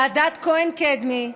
ועדת כהן-קדמי,